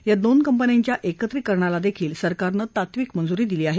या दोन कंपन्यांच्या एकत्रीकरणालाही सरकारनं तात्विक मंजुरी दिली आहे